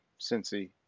Cincy